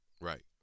Right